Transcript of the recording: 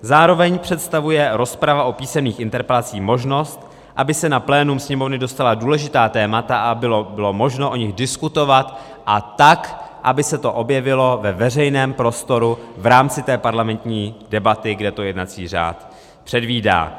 Zároveň představuje rozprava o písemných interpelacích možnost, aby se na plénum Sněmovny dostala důležitá témata a bylo možno o nich diskutovat, a tak, aby se to objevilo ve veřejném prostoru v rámci té parlamentní debaty, kde to jednací řád předvídá.